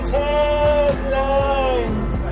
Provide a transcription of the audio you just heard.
headlines